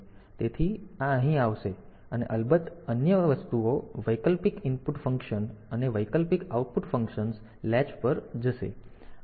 તેથી આ અહીં આવશે અને અલબત્ત અન્ય વસ્તુઓ વૈકલ્પિક ઇનપુટ ફંક્શન અને વૈકલ્પિક આઉટપુટ ફંક્શન્સ લેચ પર જશે